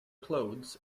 clothes